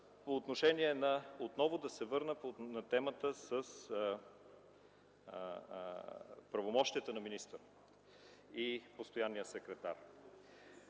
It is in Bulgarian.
внимание, е отново да се върна на темата с правомощията на министъра и постоянния секретар.